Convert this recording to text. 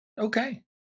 Okay